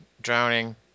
drowning